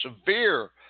severe